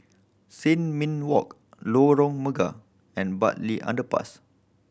Sin Ming Walk Lorong Mega and Bartley Underpass